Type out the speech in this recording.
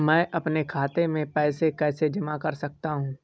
मैं अपने खाते में पैसे कैसे जमा कर सकता हूँ?